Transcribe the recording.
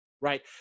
Right